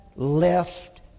Left